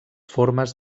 formes